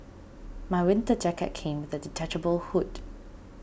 my winter jacket came with a detachable hood